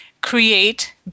create